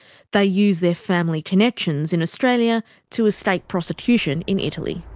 they use their family connections in australia to escape prosecution in italy.